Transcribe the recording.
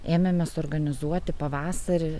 ėmėme suorganizuoti pavasarį